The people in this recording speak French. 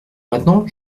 maintenant